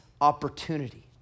opportunity